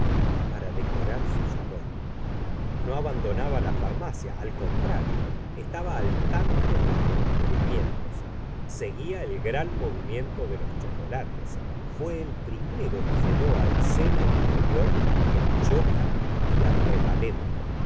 para decorar su salón no abandonaba la farmacia al contrario estaba al tanto de los de cubrimientos seguia el gran movimiento de los chocolates fué el primero que llevó al sena inferior el choca y la revalenta